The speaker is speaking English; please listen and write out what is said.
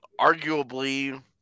arguably